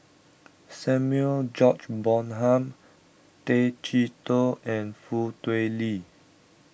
Samuel George Bonham Tay Chee Toh and Foo Tui Liew